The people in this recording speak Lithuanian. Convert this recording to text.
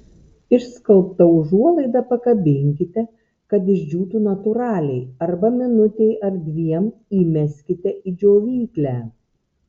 išskalbtą užuolaidą pakabinkite kad išdžiūtų natūraliai arba minutei ar dviem įmeskite į džiovyklę